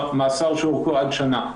מאסר שאורכו עד שנה.